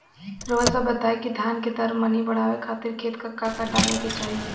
रउआ सभ बताई कि धान के दर मनी बड़ावे खातिर खेत में का का डाले के चाही?